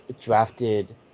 drafted